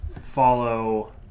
follow